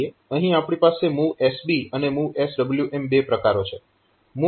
અહીં આપણી પાસે MOVSB અને MOVSW એમ બે પ્રકારો છે